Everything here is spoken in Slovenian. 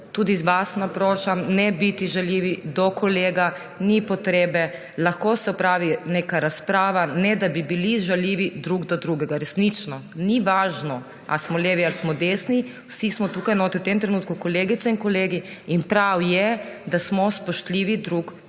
Tudi vas naprošam, ne biti žaljivi do kolega, ni potrebe. Lahko se opravi neka razprava, ne da bi bili žaljivi drug do drugega. Resnično, ni važno, ali smo levi ali smo desni, vsi smo tukaj notri v tem trenutku kolegice in kolegi in prav je, da smo spoštljivi drug do